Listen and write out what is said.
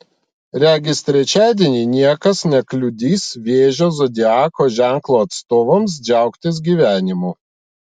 regis trečiadienį niekas nekliudys vėžio zodiako ženklo atstovams džiaugtis gyvenimu